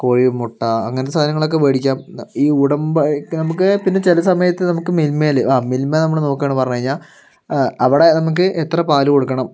കോഴിമുട്ട അങ്ങനത്തെ സാധങ്ങളൊക്കെ മേടിക്കാം ഈ നമുക്ക് പിന്നെ ചില സമയത്ത് നമുക്ക് മിൽമയിൽ ആ മിൽമ നമ്മൾ നോക്കുകയാണ് പറഞ്ഞു കഴിഞ്ഞാൽ അവിടെ നമുക്ക് എത്ര പാൽ കൊടുക്കണം